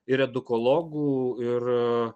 ir edukologų ir